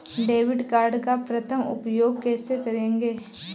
Debit card का प्रथम बार उपयोग कैसे करेंगे?